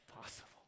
possible